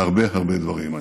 בהרבה הרבה דברים.